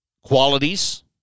qualities